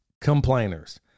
complainers